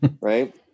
Right